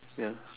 ya